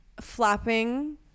flapping